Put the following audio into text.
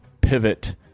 pivot